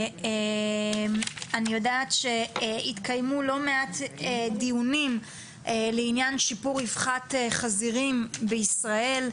אני יודעת שהתקיימו לא מעט דיונים לעניין שיפור רווחת חזירים בישראל,